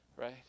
right